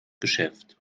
geschäft